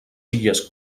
illes